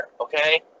okay